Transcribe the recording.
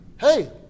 hey